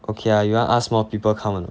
okay you wanna ask more people come or not